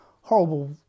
horrible